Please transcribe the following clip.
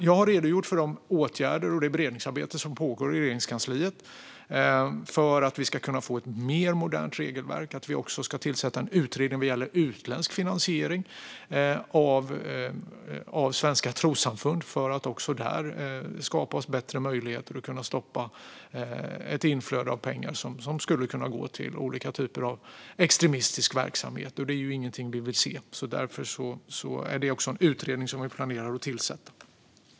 Jag har redogjort för de åtgärder och det beredningsarbete som pågår i Regeringskansliet för att vi ska kunna få ett mer modernt regelverk. Vi ska också tillsätta en utredning om utländsk finansiering av svenska trossamfund för att skapa bättre möjligheter att stoppa ett inflöde av pengar som skulle kunna gå till olika typer av extremistisk verksamhet. Det är ingenting vi vill se, och därför planerar vi att tillsätta den här utredningen.